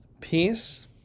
peace